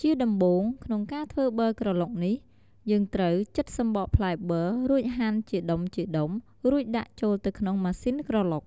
ជាដំបូង ក្នុងការធ្វើប័រក្រឡុកនេះ យើងត្រូវ ចិតសំបកផ្លែប័រ រួចហាន់ជាដុំៗ រួចដាក់ចូលទៅក្នុងម៉ាស៊ីនក្រឡុក។